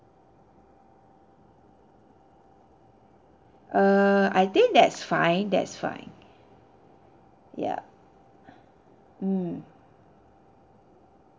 err I think that's fine that's fine yup mm